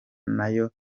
nayo